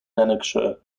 lanarkshire